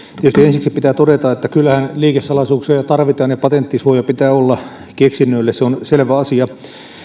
tietysti ensiksi pitää todeta että kyllähän liikesalaisuuksia tarvitaan ja patenttisuoja pitää olla keksinnöille se on selvä asia